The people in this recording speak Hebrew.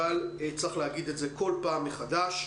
אבל צריך להגיד את זה כל פעם מחדש.